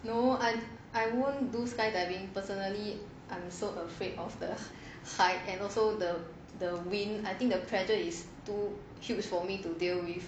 no I won't do skydiving personally I'm so afraid of the height and also the wind I think the pressure is too huge for me to deal with